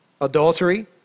adultery